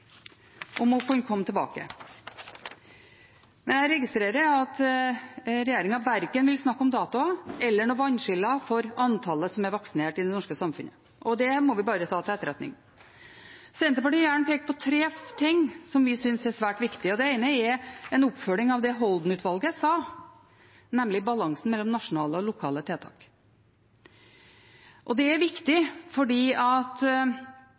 om å kunne komme tilbake. Jeg registrerer at regjeringen verken vil snakke om datoer eller noe vannskille for antallet som er vaksinert i det norske samfunnet. Det må vi bare ta til etterretning. Senterpartiet vil gjerne peke på tre ting som vi synes er svært viktig. Det ene er en oppfølging av det Holden-utvalget sa, nemlig balansen mellom nasjonale og lokale tiltak. Det er viktig,